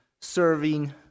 serving